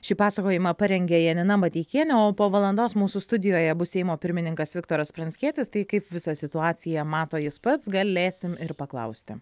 šį pasakojimą parengė janina mateikienė o po valandos mūsų studijoje bus seimo pirmininkas viktoras pranckietis tai kaip visą situaciją mato jis pats galėsim ir paklausti